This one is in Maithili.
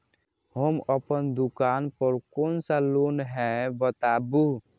हम अपन दुकान पर कोन सा लोन हैं बताबू?